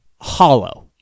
hollow